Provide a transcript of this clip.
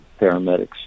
paramedics